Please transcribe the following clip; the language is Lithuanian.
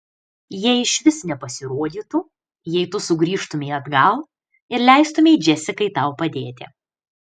jie išvis nepasirodytų jei tu sugrįžtumei atgal ir leistumei džesikai tau padėti